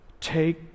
take